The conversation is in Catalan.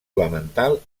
elemental